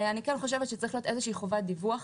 צריכה להיות חובת דיווח